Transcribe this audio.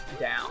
down